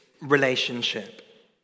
relationship